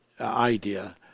idea